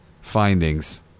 findings